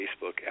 Facebook